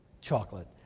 chocolate